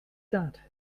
that